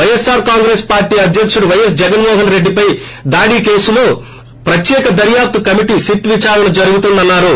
YSR Congress party అధ్యకుడు YS Jaganmohan Reddy పై దాడి కేసులో ప్రత్యేక దర్యాప్తు కమిటి సిట్ విచారణ జరుగుతోందన్నారు